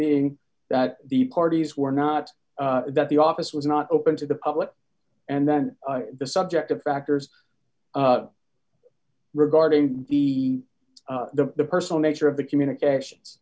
being that the parties were not that the office was not open to the public and then the subject of factors regarding the the the personal nature of the communications